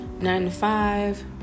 nine-to-five